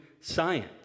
science